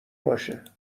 باشه